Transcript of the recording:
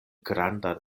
grandan